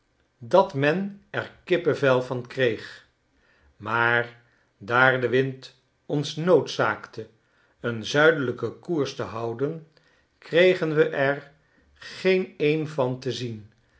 dat men erkippeve van kreeg maar daar de wind ons noodzaakte een zuidelijken koers te houden kregen we j r geen een van te zien